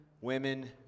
women